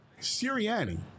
Sirianni